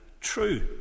true